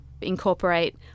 incorporate